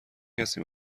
کسی